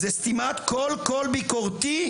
הוא סתימת כל קול ביקורתי,